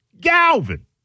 Galvin